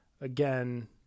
again